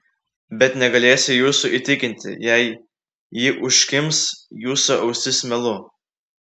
bet negalėsiu jūsų įtikinti jei ji užkimš jūsų ausis melu